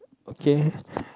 okay